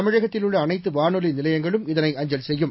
தமிழகத்தில் உள்ள அனைத்து வாளொலி நிலையங்களும் இதனை அஞ்சல் செய்யும்